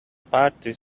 party